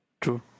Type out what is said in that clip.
True